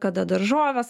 kada daržoves